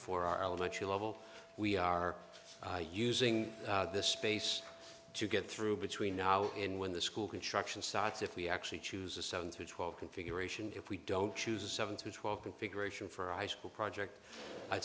for our elementary level we are using this space to get through between now and when the school construction sites if we actually choose a seven through twelve configuration if we don't choose a seven to twelve configuration for icicle project i